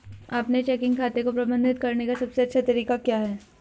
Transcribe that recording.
अपने चेकिंग खाते को प्रबंधित करने का सबसे अच्छा तरीका क्या है?